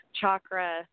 chakra